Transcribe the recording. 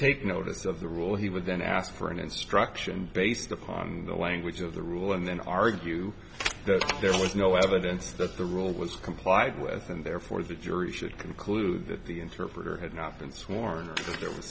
take notice of the rule he would then ask for an instruction based upon the language of the rule and then argue that there was no evidence that the rule was complied with and therefore the jury should conclude that the interpreter had not been sworn